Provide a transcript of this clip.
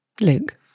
Luke